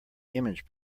image